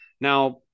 Now